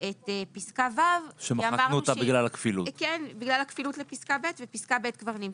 את פסקה (ו) בגלל הכפילות לפסקה (ב) ופסקה (ב) כבר נמצאת.